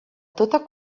tota